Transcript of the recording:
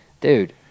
dude